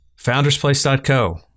foundersplace.co